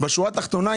בשורה התחתונה,